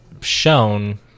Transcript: shown